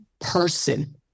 person